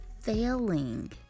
failing